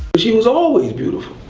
she was always beautiful.